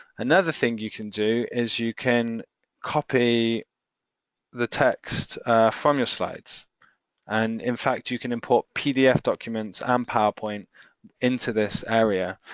another thing you can do is you can copy the text from your slides and in fact, you can import pdf documents and um powerpoint into this area